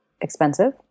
expensive